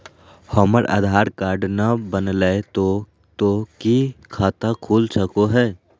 हमर आधार कार्ड न बनलै तो तो की खाता खुल सको है?